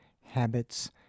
habits